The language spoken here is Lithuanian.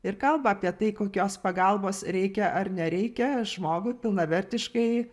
ir kalba apie tai kokios pagalbos reikia ar nereikia žmogui pilnavertiškai